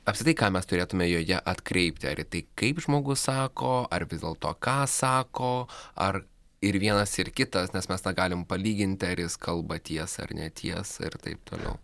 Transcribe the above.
apskritai ką mes turėtume joje atkreipti ar į tai kaip žmogus sako ar vis dėlto ką sako ar ir vienas ir kitas nes mes tą galim palyginti ar jis kalba tiesą ar netiesą ir taip toliau